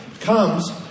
Comes